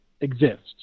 exists